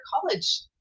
college